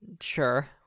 Sure